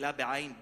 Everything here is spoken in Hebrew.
אלא בעין ביטחונית.